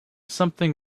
something